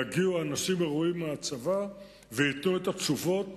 יגיעו אנשים מהצבא וייתנו את התשובות,